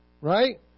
right